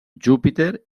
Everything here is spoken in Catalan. júpiter